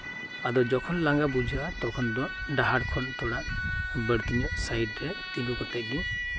ᱟᱫᱚ ᱡᱚᱠᱷᱚᱱ ᱞᱟᱸᱜᱟ ᱵᱩᱡᱷᱟᱹᱜ ᱟ ᱩᱱ ᱫᱚ ᱰᱟᱦᱟᱨ ᱠᱷᱚᱱ ᱠᱟᱹᱴᱤᱡ ᱵᱟᱹᱲᱛᱤ ᱧᱚᱜ ᱥᱟᱭᱤᱴ ᱨᱮ ᱛᱤᱸᱜᱩ ᱠᱟᱛᱮᱜ ᱜᱤ